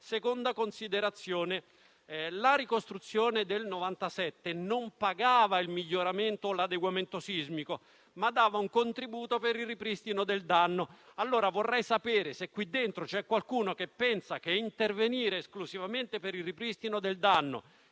Seconda considerazione: la ricostruzione del 1997 non pagava il miglioramento o l'adeguamento sismico, ma dava un contributo per il ripristino del danno. Vorrei sapere, allora, se qui dentro c'è qualcuno che pensa che intervenire esclusivamente per il ripristino del danno